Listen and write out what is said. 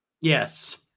yes